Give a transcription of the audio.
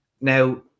now